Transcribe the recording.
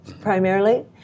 primarily